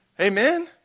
Amen